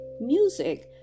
music